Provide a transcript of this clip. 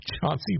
Chauncey